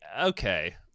okay